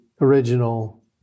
original